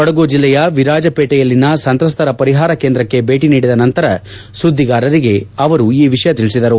ಕೊಡಗು ಜಿಲ್ಲೆಯ ವಿರಾಜಪೇಟೆಯಲ್ಲಿನ ಸಂತ್ರಸ್ನರ ಪರಿಷಾರ ಕೇಂದ್ರಕ್ಕೆ ಭೇಟಿ ನೀಡಿದ ನಂತರ ಸುದ್ದಿಗಾರರಿ ಈ ವಿಷಯ ತಿಳಿಸಿದರು